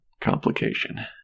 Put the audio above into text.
complication